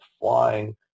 flying